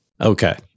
Okay